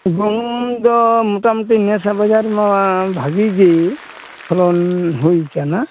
ᱜᱩᱦᱩᱢ ᱫᱚ ᱢᱚᱴᱟᱢᱩᱴᱤ ᱱᱮᱥᱟᱜ ᱵᱟᱡᱟᱨ ᱨᱮᱢᱟ ᱵᱷᱟᱹᱜᱤ ᱜᱮ ᱯᱷᱚᱞᱚᱱ ᱦᱩᱭᱟᱠᱟᱱᱟ